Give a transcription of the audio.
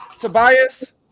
Tobias